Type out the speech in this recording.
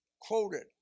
Quoted